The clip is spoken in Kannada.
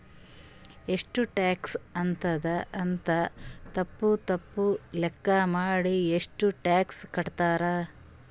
ಎಷ್ಟು ಟ್ಯಾಕ್ಸ್ ಆತ್ತುದ್ ಅಂತ್ ತಪ್ಪ ತಪ್ಪ ಲೆಕ್ಕಾ ಮಾಡಿ ಅಷ್ಟೇ ಟ್ಯಾಕ್ಸ್ ಕಟ್ತಾರ್